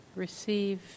receive